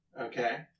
Okay